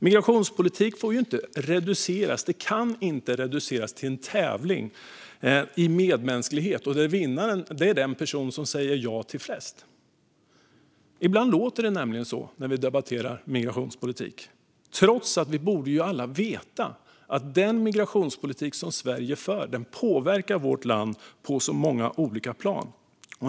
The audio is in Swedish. Migrationspolitik får och kan inte reduceras till en tävling i medmänsklighet där vinnaren är den person som säger ja till flest. Ibland låter det nämligen så när vi debatterar migrationspolitik, trots att vi alla borde veta att den migrationspolitik som Sverige för påverkar vårt land på många olika plan.